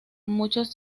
muchos